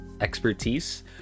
expertise